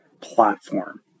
platform